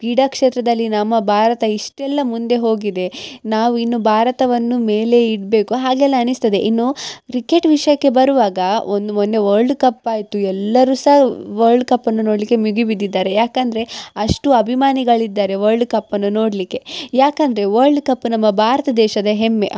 ಕ್ರೀಡಾ ಕ್ಷೇತ್ರದಲ್ಲಿ ನಮ್ಮ ಭಾರತ ಇಷ್ಟೆಲ್ಲ ಮುಂದೆ ಹೋಗಿದೆ ನಾವು ಇನ್ನು ಭಾರತವನ್ನು ಮೇಲೆ ಇಡಬೇಕು ಹಾಗೆಲ್ಲ ಅನಿಸ್ತದೆ ಇನ್ನೂ ಕ್ರಿಕೆಟ್ ವಿಷಯಕ್ಕೆ ಬರುವಾಗ ಒಂದು ಮೊನ್ನೆ ವರ್ಲ್ಡ್ ಕಪ್ ಆಯಿತು ಎಲ್ಲರು ಸಹ ವರ್ಲ್ಡ್ ಕಪ್ಪನ್ನು ನೋಡಲಿಕ್ಕೆ ಮುಗಿ ಬಿದ್ದಿದ್ದಾರೆ ಯಾಕಂದರೆ ಅಷ್ಟು ಅಭಿಮಾನಿಗಳಿದ್ದಾರೆ ವರ್ಲ್ಡ್ ಕಪ್ಪನ್ನು ನೋಡಲಿಕ್ಕೆ ಯಾಕಂದರೆ ವರ್ಲ್ಡ್ ಕಪ್ ನಮ್ಮ ಭಾರತ ದೇಶದ ಹೆಮ್ಮೆ